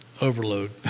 overload